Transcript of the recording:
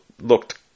looked